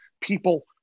people